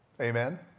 Amen